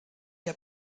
der